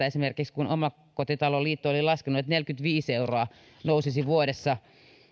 esimerkiksi omakotiliitto oli laskenut että neljäkymmentäviisi euroa nousisi vuodessa